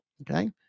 okay